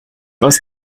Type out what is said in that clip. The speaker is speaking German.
was